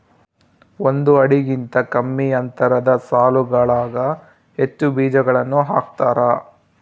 ಒಂದು ಅಡಿಗಿಂತ ಕಮ್ಮಿ ಅಂತರದ ಸಾಲುಗಳಾಗ ಹೆಚ್ಚು ಬೀಜಗಳನ್ನು ಹಾಕ್ತಾರ